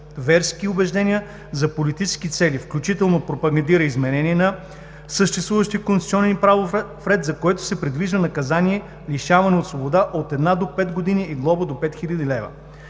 верски убеждения за политически цели, включително пропагандира изменение на съществуващия конституционен и правов ред, за което се предвижда наказание „лишаване от свобода от една до пет години и глоба до пет